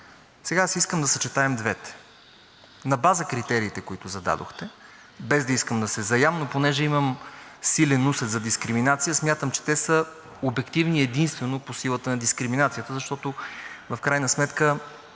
сега искам да съчетаем двете на база критериите, които зададохте. Без да искам да се заяждам, но тъй като имам силен усет за дискриминация, смятам, че те са обективни единствено по силата на дискриминацията, защото в крайна сметка